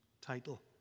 title